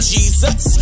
Jesus